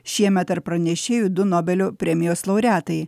šiemet tarp pranešėjų du nobelio premijos laureatai